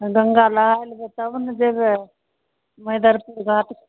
तऽ गङ्गा नहाय लए जेबै तब ने जेबै मैदरपुर घाट